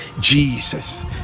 jesus